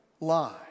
lie